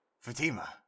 Fatima